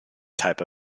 type